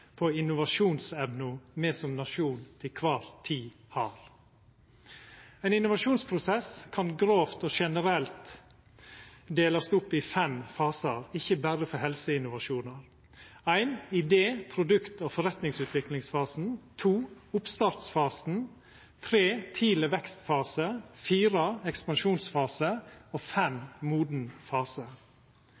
på den innovasjonsevna me som nasjon til kvar tid har. Ein innovasjonsprosess kan grovt og generelt delast opp i fem fasar – ikkje berre for helseinnovasjonar: 1. Idé-, produkt- og forretningsutviklingsfasen 2. Oppstartsfasen 3. Tidleg vekstfase 4. Ekspansjonsfase 5. Moden fase Risikoen for å mislukkast og